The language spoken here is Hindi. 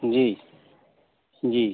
जी जी